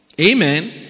Amen